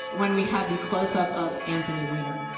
when we have the close-up of anthony weiner.